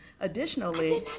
Additionally